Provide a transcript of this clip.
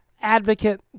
advocate